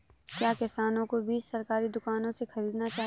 क्या किसानों को बीज सरकारी दुकानों से खरीदना चाहिए?